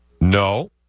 No